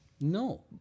No